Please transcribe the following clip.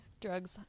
Drugs